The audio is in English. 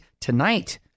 tonight